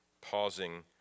pausing